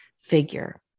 figure